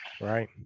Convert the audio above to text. right